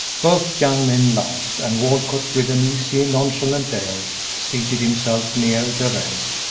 both young men laughed, and walcott, with an easy, nonchalant air, seated himself near darrell.